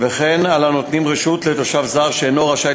וכן על הנותנים רשות לתושב זר שאינו רשאי